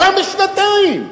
פעם בשנתיים.